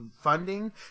funding